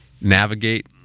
navigate